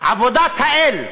עבודת האל.